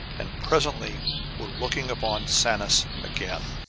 and presently were looking upon sanus again.